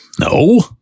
No